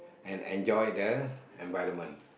and enjoy the environment